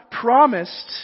promised